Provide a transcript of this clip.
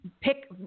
Pick